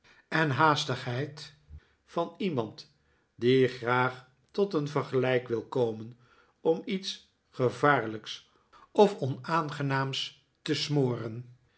en haastigheid van iemand die graag tot een vergelijk wil komen om iets gevaarlijks of onaangenaams te smoren